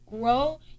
grow